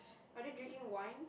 are they drinking wine